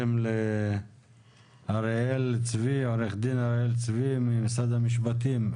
אריאל צבי ממשרד המשפטים.